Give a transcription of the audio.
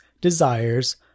desires